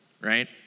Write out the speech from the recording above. right